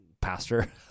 pastor